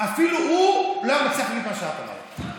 אפילו הוא לא היה מצליח להגיד את מה שאת אמרת.